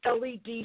LED